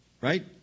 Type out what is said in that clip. Right